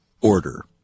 Order